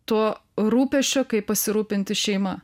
tuo rūpesčiu kaip pasirūpinti šeima